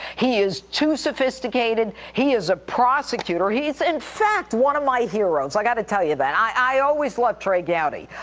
he is too sophisticated. he is a prosecutor. he's in fact one of my heroes, i got to tell you that. i always loved trey gowdy.